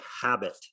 habit